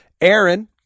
Aaron